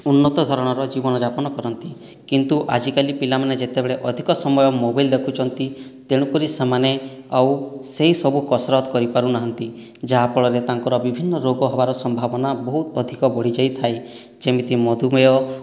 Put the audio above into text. ଉନ୍ନତ ଧରଣର ଜୀବନଯାପନ କରନ୍ତି କିନ୍ତୁ ଆଜିକାଲି ପିଲାମାନେ ଯେତେବେଳେ ଅଧିକ ସମୟ ମୋବାଇଲ ଦେଖୁଛନ୍ତି ତେଣୁକରି ସେମାନେ ଆଉ ସେଇ ସବୁ କସରତ କରିପାରୁନାହାନ୍ତି ଯାହା ଫଳରେ ତାଙ୍କର ବିଭିନ୍ନ ରୋଗ ହେବାର ସମ୍ଭାବନା ବହୁତ ଅଧିକ ବଢ଼ିଯାଇଥାଏ ଯେମିତି ମଧୁମେହ